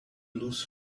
lose